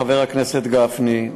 חבר הכנסת גפני,